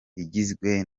igizwe